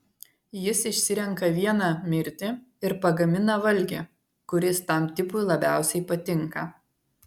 jis išsirenka vieną mirti ir pagamina valgį kuris tam tipui labiausiai patinka